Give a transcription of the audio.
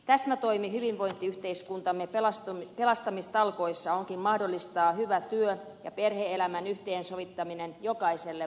täsmätoimi hyvinvointiyhteiskuntamme pelastamistalkoissa onkin mahdollistaa hyvä työ ja perhe elämän yhteensovittaminen jokaiselle vanhemmalle